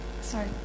Sorry